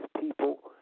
people